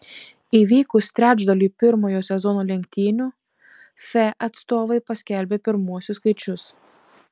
įvykus trečdaliui pirmojo sezono lenktynių fe atstovai paskelbė pirmuosius skaičius